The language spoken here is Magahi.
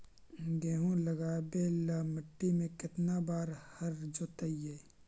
गेहूं लगावेल मट्टी में केतना बार हर जोतिइयै?